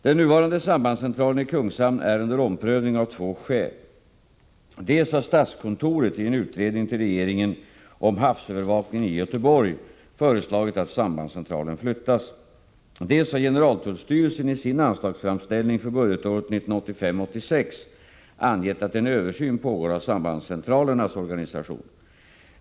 Den nuvarande sambandscentralen i Kungshamn är under omprövning av två skäl. Dels har statskontoret i en utredning, som överlämnats till regeringen, om havsövervakningen i Göteborg föreslagit att sambandscen tralen skall flyttas. Dels har generaltullstyrelsen i sin anslagsframställning för budgetåret 1985/86 angett att en översyn pågår av sambandscentralernas organisation.